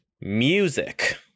music